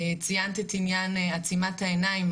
ציינת את עניין עצימת העיניים,